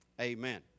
amen